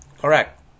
correct